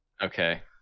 Okay